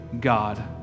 God